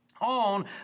on